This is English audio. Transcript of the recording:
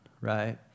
right